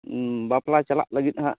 ᱵᱟᱯᱞᱟ ᱪᱟᱞᱟᱜ ᱞᱟᱹᱜᱤᱫ ᱦᱟᱜ